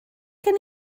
gen